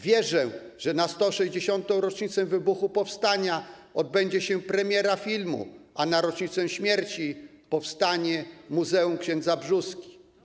Wierzę, że na 160. rocznicę wybuchu powstania odbędzie się premiera filmu, a na rocznicę śmierci powstanie muzeum ks. Brzóski.